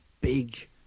big